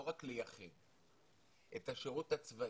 לא רק לייחד, את השירות הצבאי.